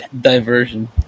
diversion